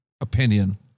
opinion